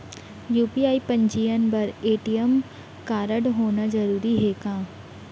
UPI पंजीयन बर ATM कारडहोना जरूरी हे का?